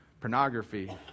Pornography